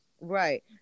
Right